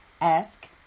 Ask